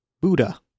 Buddha